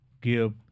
give